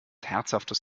herzhaftes